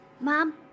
Mom